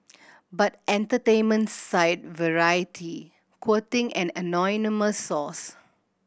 but entertainment site variety quoting an anonymous source